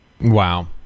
Wow